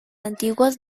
antiguos